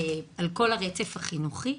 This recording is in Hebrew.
על כל הרצף החינוכי.